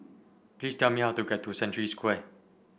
please tell me how to get to Century Square